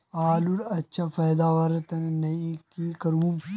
आलूर अच्छा फलवार तने नई की करूम?